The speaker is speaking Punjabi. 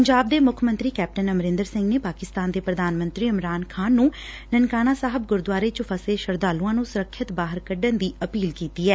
ਪੰਜਾਬ ਦੇ ਮੁੱਖ ਮੰਤਰੀ ਕੈਪਟਨ ਅਮਰੰਦਰ ਸਿੰਘ ਨੇ ਪਾਕਿਸਤਾਨ ਦੇ ਪ੍ਰਧਾਨ ਮੰਤਰੀ ਇਮਰਾਨ ਖ਼ਾਨ ਨੂੰ ਨਨਕਾਣਾ ਸਾਹਿਬ ਗੁਰਦੁਆਰੇ ਚ ਫਸੇ ਸ਼ਰਧਾਲੁਆਂ ਨੂੰ ਸੁਰੱਖਿਅਤ ਬਾਹਰ ਕੱਢਣ ਦੀ ਅਪੀਲ ਕੀਤੀ ਐ